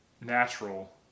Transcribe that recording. natural